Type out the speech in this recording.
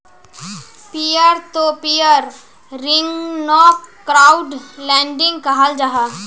peer to peer ऋन्नोक crowd lending कहाल जाहा